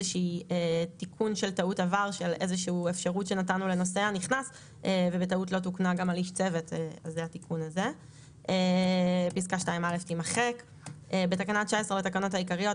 תיקון תקנה 1א 2. בתקנה 1א(ד) לתקנות העיקריות,